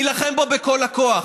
נילחם בו בכל הכוח.